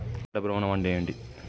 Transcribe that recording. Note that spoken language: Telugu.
పంట భ్రమణం అంటే ఏంటి?